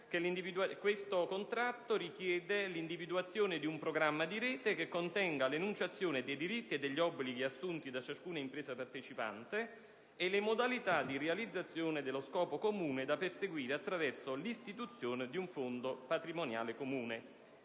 questo contratto richiede l'individuazione di un programma di rete che contenga l'enunciazione dei diritti e degli obblighi assunti da ciascuna impresa partecipante e le modalità di realizzazione dello scopo comune da perseguirsi attraverso l'istituzione di un fondo patrimoniale comune.